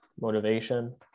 motivation